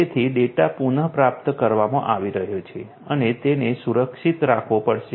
તેથી ડેટા પુનઃપ્રાપ્ત કરવામાં આવી રહ્યો છે અને તેને સુરક્ષિત રાખવો પડશે